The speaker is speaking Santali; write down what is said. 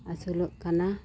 ᱟᱹᱥᱩᱞᱚᱜ ᱠᱟᱱᱟ